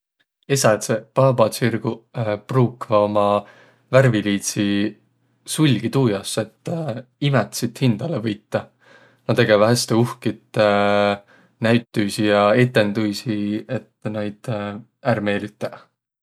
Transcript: Esädseq paabatsirguq pruukvaq ummi värviliidsi sulgi tuujaos, et imätsit hindäle võitaq. Nä tegeväq häste uhkit näütüisi ja etendüisi, et noid ärq meelütäq.